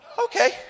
okay